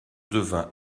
devins